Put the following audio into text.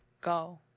go